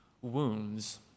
wounds